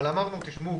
אבל אמרנו: תשמעו,